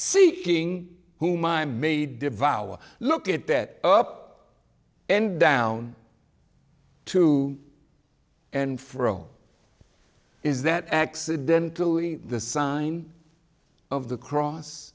see king who my may devour look at that up and down to and fro is that accidentally the sign of the cross